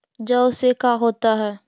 जौ से का होता है?